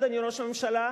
אדוני ראש הממשלה,